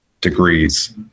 degrees